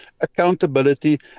accountability